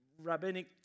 rabbinic